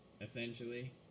essentially